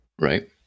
Right